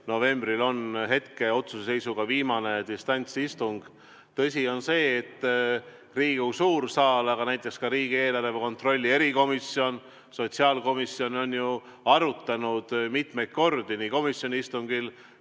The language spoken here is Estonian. novembril on hetkeseisuga viimane distantsistung. Tõsi on see, et Riigikogu suur saal, aga näiteks ka riigieelarve kontrolli erikomisjon ja sotsiaalkomisjon on arutanud mitmeid kordi komisjoni istungil